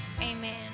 amen